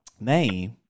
Name